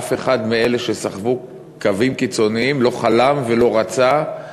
אף אחד מאלה שסחבו קווים קיצוניים לא חלם ולא רצה,